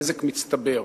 נזק מצטבר.